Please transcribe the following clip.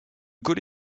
gaulle